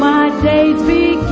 i